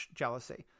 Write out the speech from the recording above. jealousy